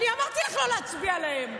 אני אמרתי לך לא להצביע להם.